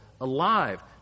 alive